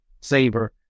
savor